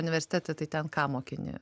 universitete tai ten ką mokini